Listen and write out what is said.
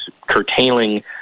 curtailing